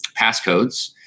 passcodes